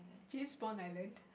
James Bond Island